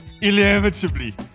Inevitably